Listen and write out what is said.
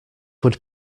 would